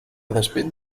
despit